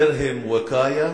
דִרְהַם וִקַאיַה